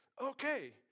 Okay